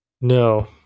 No